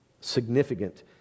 Significant